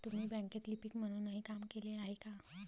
तुम्ही बँकेत लिपिक म्हणूनही काम केले आहे का?